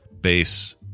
base